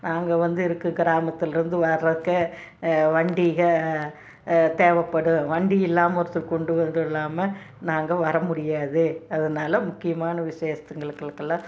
நாங்கள் வந்து இருக்கு கிராமத்திலேருந்து வர்றக்கே வண்டிகள் தேவைப்படும் வண்டி இல்லாமல் ஒருசிலர் கொண்டு வந்துருல்லாமல் நாங்கள் வர முடியாது அதனால முக்கியமான விஷேசத்துகளுங்களுக்கெல்லாம்